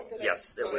Yes